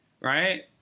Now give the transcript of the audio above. right